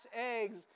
eggs